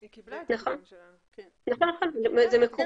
זה לגמרי מקובל.